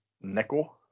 nickel